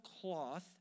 cloth